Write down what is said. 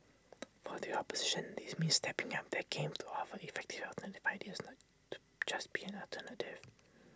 for the opposition this means stepping up their game to offer effective alternative ideas not to just be an alternative